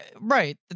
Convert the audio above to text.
right